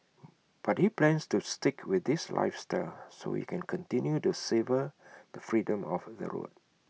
but he plans to stick with this lifestyle so he can continue to savour the freedom of the road